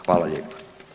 Hvala lijepa.